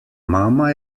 mama